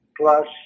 plus